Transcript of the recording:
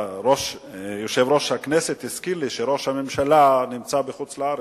ויושב-ראש הכנסת הזכיר לי שראש הממשלה נמצא בחוץ-לארץ,